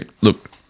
look